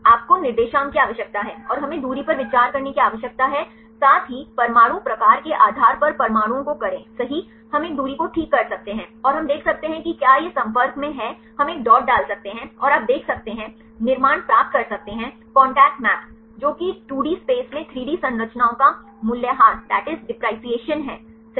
आपको निर्देशांक की आवश्यकता है और हमें दूरी पर विचार करने की आवश्यकता है साथ ही परमाणु प्रकार के आधार पर परमाणुओं को करें सही हम एक दूरी को ठीक कर सकते हैं और हम देख सकते हैं कि क्या यह संपर्क में है हम एक डॉट डाल सकते हैं और आप देख सकते हैं निर्माण प्राप्त कर सकते हैं कांटेक्ट मैप्स जो की 2 डी स्पेस में 3 डी संरचनाओं का मूल्यह्रास है सही